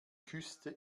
küsste